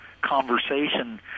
conversation